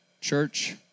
Church